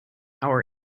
our